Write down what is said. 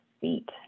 feet